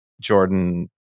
Jordan